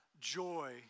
joy